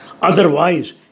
Otherwise